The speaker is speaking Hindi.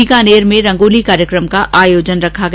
बीकानेर में रंगोली कार्यक्रम का आयोजन रखा गया